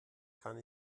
kann